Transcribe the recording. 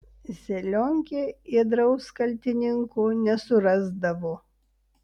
zelionkė ėdraus kaltininko nesurasdavo